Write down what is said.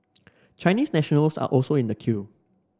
Chinese nationals are also in the queue